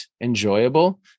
enjoyable